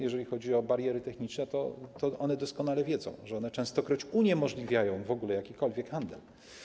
Jeżeli chodzi o bariery techniczne, to one doskonale wiedzą, że one częstokroć uniemożliwiają w ogóle jakikolwiek handel.